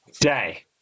day